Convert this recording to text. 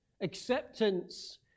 acceptance